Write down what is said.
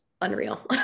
unreal